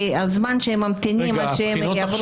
כי הזמן שהם ממתינים עד שהם יעברו בחינה --- רגע,